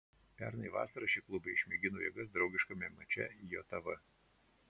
pernai vasarą šie klubai išmėgino jėgas draugiškame mače jav